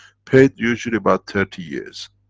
paid usually about thirty years.